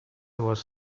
was